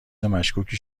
مشکوکی